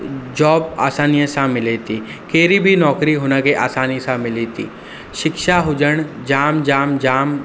job आसानीअ सां मिले थी कहिड़ी बि नौकिरी हुनखे आसानी सां मिले थी शिक्षा हुजनि जाम जाम जाम